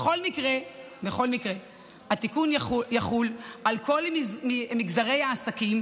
בכל מקרה, התיקון יחול על כל מגזרי העסקים